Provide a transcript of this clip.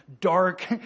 dark